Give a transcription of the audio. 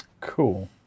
cool